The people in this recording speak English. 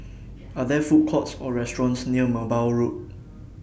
Are There Food Courts Or restaurants near Merbau Road